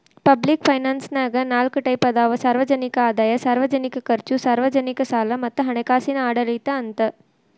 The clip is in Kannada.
ಪಬ್ಲಿಕ್ ಫೈನಾನ್ಸನ್ಯಾಗ ನಾಲ್ಕ್ ಟೈಪ್ ಅದಾವ ಸಾರ್ವಜನಿಕ ಆದಾಯ ಸಾರ್ವಜನಿಕ ಖರ್ಚು ಸಾರ್ವಜನಿಕ ಸಾಲ ಮತ್ತ ಹಣಕಾಸಿನ ಆಡಳಿತ ಅಂತ